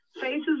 faces